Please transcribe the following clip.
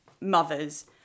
mothers